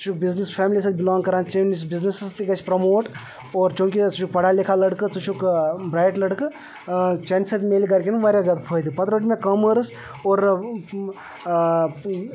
ژٕ چھُکھ business family سۭتۍ بِلانٛگ کَران چٲنِس بِزنٮ۪سَس تہِ گژھِ پرٛموٹ اور چوٗنٛکہ ژٕ چھُکھ پَڑا لِکھا لٔڑکہٕ ژٕ چھُکھ برٛایٹ لٔڑکہٕ چانہِ سۭتۍ مِلہِ گرِکٮ۪ن واریاہ زیادٕ فٲیِدٕ پَتہٕ روٚٹ مےٚ کامٲرٕس اور